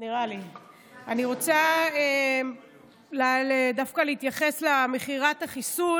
אני רוצה דווקא להתייחס למכירת החיסול